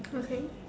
okay